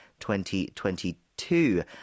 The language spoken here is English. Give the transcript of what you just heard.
2022